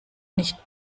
nicht